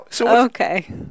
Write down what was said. Okay